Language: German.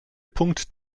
punkt